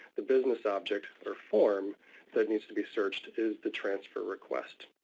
the business object or form that needs to be searched is the transfer request.